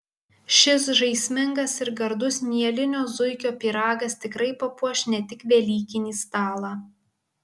šis žaismingas ir gardus mielinio zuikio pyragas tikrai papuoš ne tik velykinį stalą